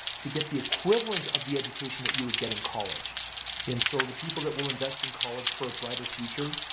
to get the equivalent of the education that you would get in college and so the people that will invest in college for a brighter future,